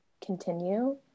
continue